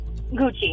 Gucci